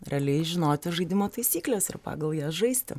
realiai žinoti žaidimo taisykles ir pagal jas žaisti